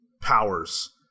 powers